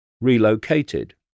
relocated